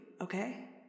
okay